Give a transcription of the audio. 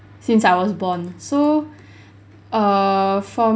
since I was born so err for